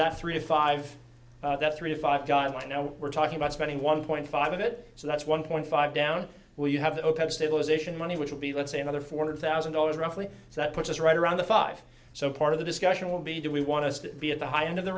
that three to five that's three to five guy and i know we're talking about spending one point five of it so that's one point five down when you have the stabilization money which will be let's say another four hundred thousand dollars roughly so that puts us right around the five so part of the discussion would be do we want to be at the high end of the